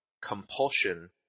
compulsion